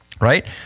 right